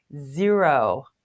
zero